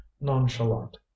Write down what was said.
nonchalant